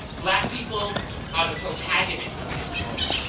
black people are the protagonist of this story,